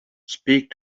speak